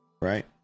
right